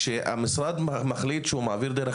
וכאשר המשרד מחליט שהוא מעביר דרך